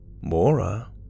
Mora